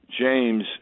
James